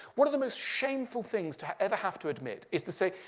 one of the most shameful things to ever have to admit is to say,